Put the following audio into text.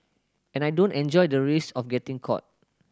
and I don't enjoy the risk of getting caught